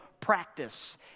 practice